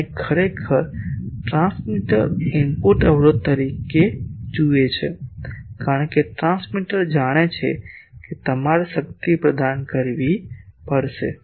અને ખરેખર transmitter input અવરોધ તરફ જુએ છે કારણ કે ટ્રાન્સમીટર જાણે છે કે તમારે શક્તિ પ્રદાન કરવી પડશે